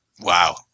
Wow